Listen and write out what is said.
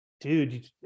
dude